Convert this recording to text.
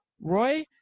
Roy